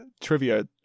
trivia